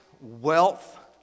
wealth